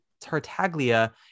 Tartaglia